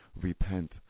Repent